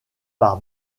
par